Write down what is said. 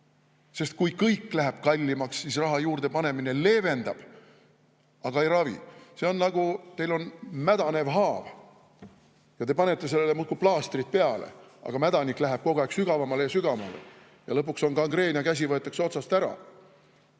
Kui kõik läheb kallimaks, siis raha juurdepanemine leevendab, aga ei ravi. See on nagu siis, kui teil on mädanev haav ja te panete sellele muudkui plaastrit peale, aga mädanik läheb kogu aeg sügavamale ja sügavamale, lõpuks on gangreen ning käsi võetakse otsast ära.